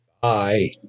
Bye